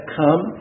come